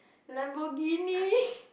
Lamborghini